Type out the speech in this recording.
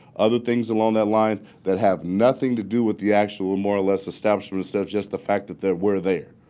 other things along that line that have nothing to do with the actual more or less establishment stuff, just the fact that there were there.